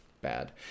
bad